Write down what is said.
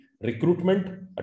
Recruitment